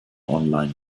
online